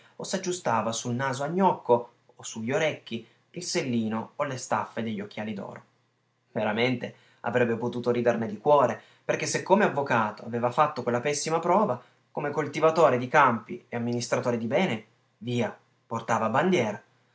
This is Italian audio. o s'aggiustava sul naso a gnocco o su gli orecchi il sellino o le staffe degli occhiali d'oro veramente avrebbe potuto riderne di cuore perché se come avvocato aveva fatto quella pessima prova come coltivatore di campi e amministratore di beni via portava bandiera